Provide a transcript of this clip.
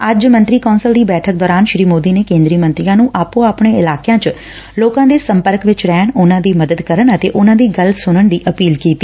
ਅੱਜ ਮੰਤਰੀ ਕੌਂਸਲ ਦੀ ਬੈਠਕ ਦੌਰਾਨ ਸ੍ਰੀ ਮੋਦੀ ਨੇ ਕੇਂਦਰੀ ਮੰਤਰੀਆਂ ਨੰ ਆਪੇ ਆਪਣੇ ਇਲਾਕਿਆਂ ਚ ਲੋਕਾਂ ਦੇ ਸੰਪਰਕ ਵਿਚ ਰਹਿਣ ਉਨਾਂ ਦੀ ਮਦਦ ਕਰਨ ਅਤੇ ਉਨਾਂ ਦੀ ਗੱਲ ਸੁਣਨ ਦੀ ਅਪੀਲ ਕੀਤੀ